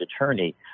attorney